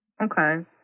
okay